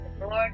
Lord